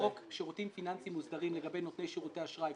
חוק שירותים פיננסיים מוסדרים לגבי נותני שירותי אשראי.